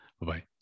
Bye-bye